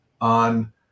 on